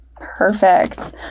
Perfect